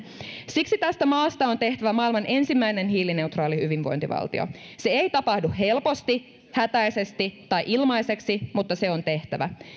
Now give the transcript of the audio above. siksi tästä maasta on tehtävä maailman ensimmäinen hiilineutraali hyvinvointivaltio se ei tapahdu helposti hätäisesti tai ilmaiseksi mutta se on tehtävä